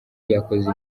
yakoze